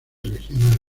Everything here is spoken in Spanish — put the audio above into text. regional